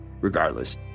regardless